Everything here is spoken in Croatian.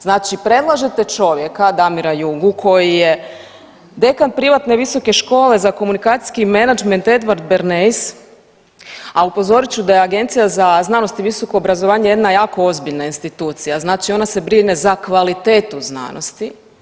Znači predlažete čovjeka Damira Jugu koji je dekan privatne Visoke škole za komunikacijski menadžment Edward Bernays, a upozorit ću da je Agencija za znanost i visoko obrazovanje jedna jako ozbiljna agencija, znači ona se brine za kvalitetu znanosti.